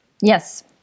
Yes